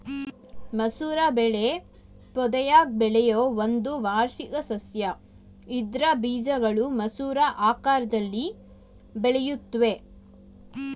ಮಸೂರ ಬೆಳೆ ಪೊದೆಯಾಗ್ ಬೆಳೆಯೋ ಒಂದು ವಾರ್ಷಿಕ ಸಸ್ಯ ಇದ್ರ ಬೀಜಗಳು ಮಸೂರ ಆಕಾರ್ದಲ್ಲಿ ಬೆಳೆಯುತ್ವೆ